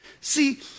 See